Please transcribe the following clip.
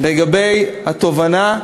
לגבי התובנה,